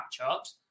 matchups